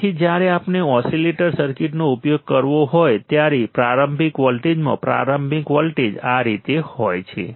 તેથી જ્યારે આપણે ઓસીલેટર સર્કિટનો ઉપયોગ કરવો હોય ત્યારે પ્રારંભિક વોલ્ટેજમાં પ્રારંભિક વોલ્ટેજ આ રીતે હોય છે